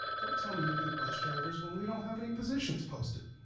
don't tell me you need bus drivers when we don't have any positions posted.